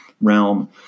realm